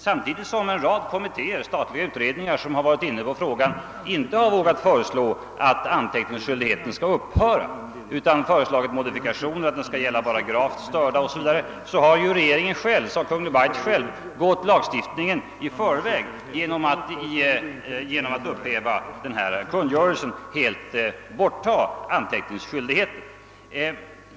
Samtidigt som en rad kommittéer och statliga utredningar, som varit inne på denna fråga, inte vågat föreslå att anteckningsskyldigheten skall upphöra utan endast har velat göra modifikationer i denna, såsom att den skall gälla bara i mentalt hänseende gravt störda, har dessutom Kungl. Maj:t själv föregripit lagstiftningen genom att upphäva den aktuella kungörelsen och helt avskaffa anteckningsskyldigheten.